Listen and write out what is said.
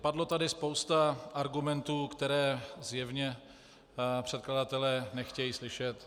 Padlo tady spousta argumentů, které zjevně předkladatelé nechtějí slyšet.